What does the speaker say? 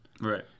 Right